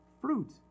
Fruit